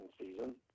season